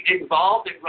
involved